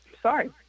Sorry